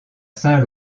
saint